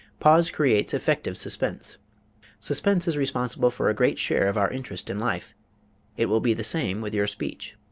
pause creates effective suspense suspense is responsible for a great share of our interest in life it will be the same with your speech.